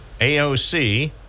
AOC